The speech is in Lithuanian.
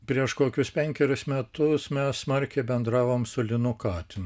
prieš kokius penkerius metus mes smarkiai bendravom su linu katinu